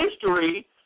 history